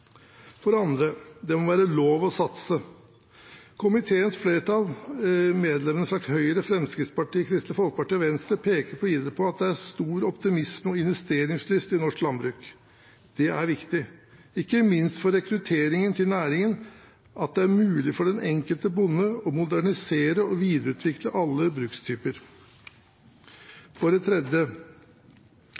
For det andre: Det må være lov å satse. Komiteens flertall, medlemmene fra Høyre, Fremskrittspartiet, Kristelig Folkeparti og Venstre, peker videre på at det er stor optimisme og investeringslyst i norsk jordbruk. Det er viktig, ikke minst for rekrutteringen til næringen, at det er mulig for den enkelte bonde å modernisere og videreutvikle alle brukstyper. For det tredje: